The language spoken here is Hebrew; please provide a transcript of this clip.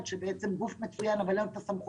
שהוא גוף מצוין אבל אין לו את הסמכויות,